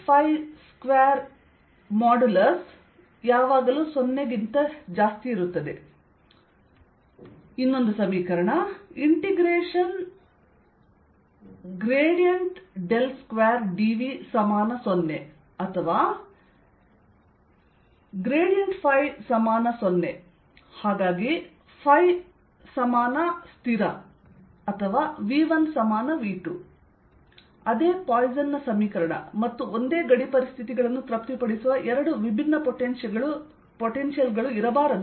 20 2dV0 or ∇ϕ0 ∴ϕconstant or V1V2 ಅದೇ Poisson ನ ಸಮೀಕರಣ ಮತ್ತು ಒಂದೇ ಗಡಿ ಪರಿಸ್ಥಿತಿಗಳನ್ನು ತೃಪ್ತಿಪಡಿಸುವ ಎರಡು ವಿಭಿನ್ನ ಪೊಟೆನ್ಶಿಯಲ್ ಗಳು ಇರಬಾರದು